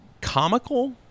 comical